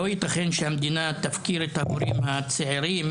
לא יתכן שהמדינה תפקיר את ההורים הצעירים,